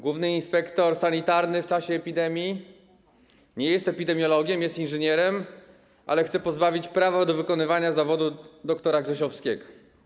Główny inspektor sanitarny w czasie epidemii nie jest epidemiologiem, jest inżynierem, ale chce pozbawić prawa do wykonywania zawodu dr. Grzesiowskiego.